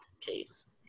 case